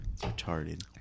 Retarded